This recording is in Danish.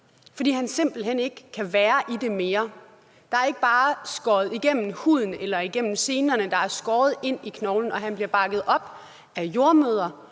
fordi han simpelt hen ikke kan være i det mere. Der er ikke bare skåret igennem huden eller igennem senerne, der er skåret ind i knoglen. Og han bliver bakket op af jordemødre